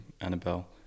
Annabelle